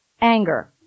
Anger